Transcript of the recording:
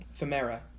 Femera